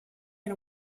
era